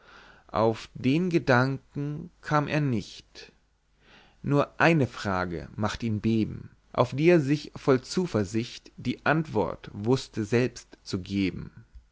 auf den gedanken kam er nicht nur eine frage macht ihn beben auf die er sich voll zuversicht die antwort wußte selbst zu geben